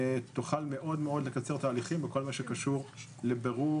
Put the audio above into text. תוכל מאוד מאוד לקצר תהליכים בכל מה שקשור לבירור